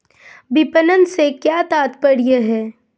विपणन से क्या तात्पर्य है?